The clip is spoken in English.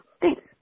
Thanks